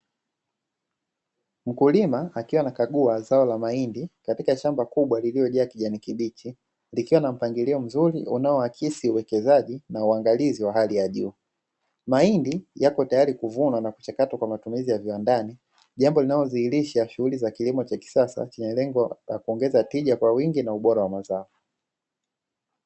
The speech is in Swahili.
Mkulima akiwa anakagua zao la mahindi katika shamba kubwa lililojaa kijani kibichi, likiwa na mpangalio mzuri unaoakisi uwekezaji na uangalizi wa hali ya juu. Mahindi yako tayari kuvunwa na kuchakatwa kwa matumizi ya viwandani. Jambo linaodhihirisha shughuli za kilimo cha kisasa chenye lengo ka kuongeza tija kwa wingi na ubora wa mazao.